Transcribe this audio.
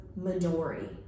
Midori